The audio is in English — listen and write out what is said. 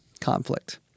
conflict